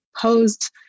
posed